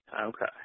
Okay